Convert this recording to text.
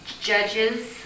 judges